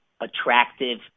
Attractive